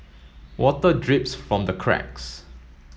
water drips from the cracks